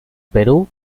perú